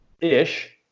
ish